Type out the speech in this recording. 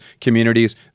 communities